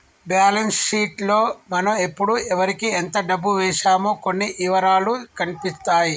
balance sheet లో మనం ఎప్పుడు ఎవరికీ ఎంత డబ్బు వేశామో అన్ని ఇవరాలూ కనిపిత్తాయి